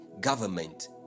government